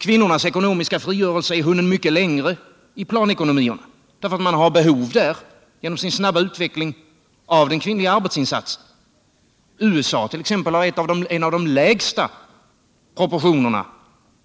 Kvinnornas ekonomiska frigörelse är hunnen mycket längre i planecko nomicerna på grund av att man där genom sin snabba utveckling har behov av den kvinnliga arbetsinsatsen. USA t.ex. har en av de lägsta proportionerna